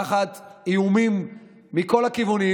תחת איומים מכל הכיוונים,